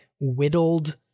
whittled